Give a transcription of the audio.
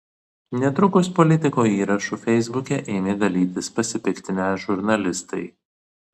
netrukus politiko įrašu feisbuke ėmė dalytis pasipiktinę žurnalistai